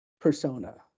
persona